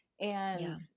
and-